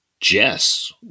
Jess